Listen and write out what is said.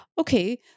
Okay